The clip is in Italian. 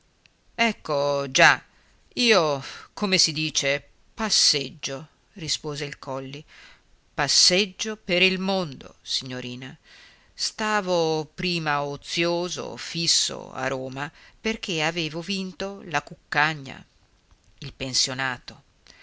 ecco già io come si dice passeggio rispose il colli passeggio per il mondo signorina stavo prima ozioso fisso a roma perché avevo vinto la cuccagna il pensionato